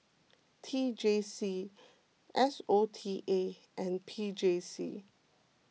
T J C S O T A and P J C